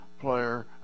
player